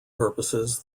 purposes